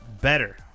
better